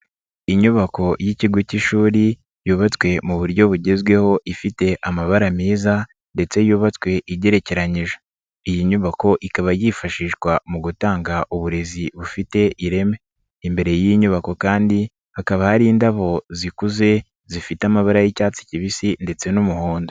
Inyubako y'ikigo cy'ishuri, yubatswe mu buryo bugezweho ifite amabara meza ndetse yubatswe igerekeranyije. Iyi nyubako ikaba yifashishwa mu gutanga uburezi bufite ireme. Imbere y'iyi nyubako kandi hakaba hari indabo zikuze, zifite amabara y'icyatsi kibisi ndetse n'umuhondo.